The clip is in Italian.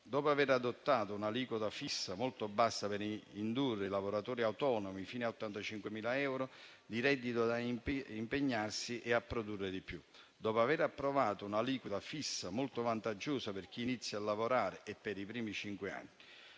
Dopo aver adottato un aliquota fissa molto bassa per indurre i lavoratori autonomi fino a 85.000 euro di reddito a impegnarsi e a produrre di più, dopo aver approvato un'aliquota fissa molto vantaggiosa per chi inizia a lavorare e per i primi cinque anni,